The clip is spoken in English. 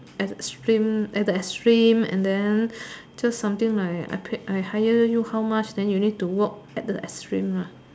at the extreme at the extreme and then just something like I pay I hire you how much then you need to work at the extreme lah